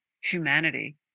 humanity